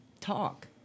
talk